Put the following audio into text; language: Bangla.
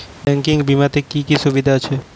ব্যাঙ্কিং বিমাতে কি কি সুবিধা আছে?